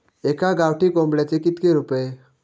एका गावठी कोंबड्याचे कितके रुपये?